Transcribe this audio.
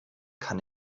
kann